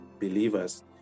believers